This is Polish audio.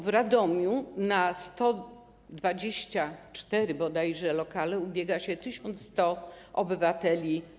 W Radomiu o 124 bodajże lokale ubiega się 1100 obywateli.